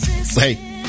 hey